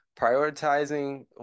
prioritizing